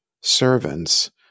servants